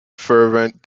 fervent